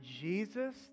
Jesus